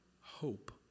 hope